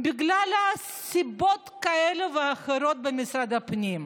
בגלל סיבות כאלה ואחרות במשרד הפנים?